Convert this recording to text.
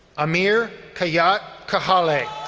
amir kayat kahale. like